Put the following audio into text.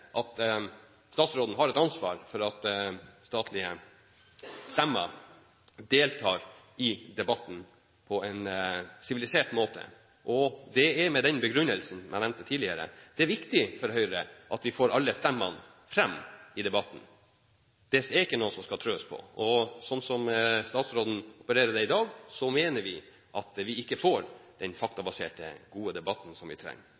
statsråden har et ansvar for at statlige stemmer deltar i debatten på en sivilisert måte, med den begrunnelsen som jeg nevnte tidligere. Det er viktig for Høyre at vi får alle stemmene fram i debatten – det er ikke noen som skal tråkkes på. Slik statsråden opererer i dag, mener vi at vi ikke får den faktabaserte, gode debatten som vi trenger.